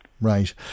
Right